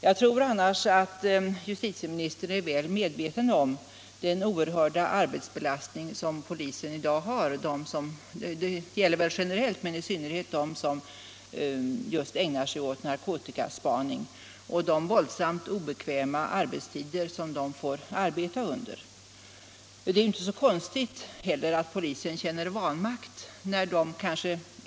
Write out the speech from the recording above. Jag tror annars att justitieministern är väl medveten om den oerhörda arbetsbelastning som polisen i dag har — det gäller väl generellt men i synnerhet den del av polisen som just ägnar sig åt narkotikaspaning - och de våldsamt obekväma arbetstider som man får arbeta under. Det är ju inte heller så konstigt att polisen känner vanmakt.